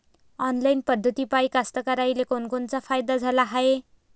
Online पद्धतीपायी कास्तकाराइले कोनकोनचा फायदा झाला हाये?